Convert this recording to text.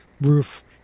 roof